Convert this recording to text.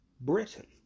Britain